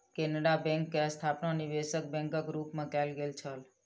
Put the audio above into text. Canara bank के स्थापना निवेशक बैंकक रूप मे कयल गेल छल